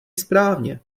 správně